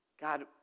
God